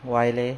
why leh